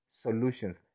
solutions